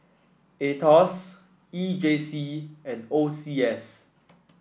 Aetos E J C and O C S